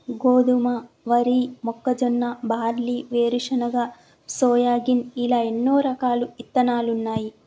గోధుమ, వరి, మొక్కజొన్న, బార్లీ, వేరుశనగ, సోయాగిన్ ఇలా ఎన్నో రకాలు ఇత్తనాలున్నాయి